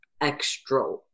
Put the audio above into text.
extra